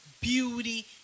beauty